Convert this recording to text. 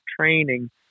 training